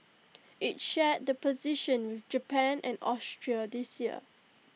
IT shared the position with Japan and Austria this year